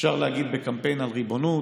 אפשר להגיד בקמפיין על ריבונות,